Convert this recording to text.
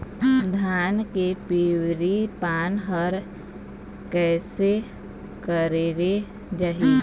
धान के पिवरी पान हर कइसे करेले जाही?